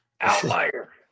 Outlier